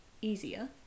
easier